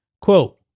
quote